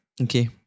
Okay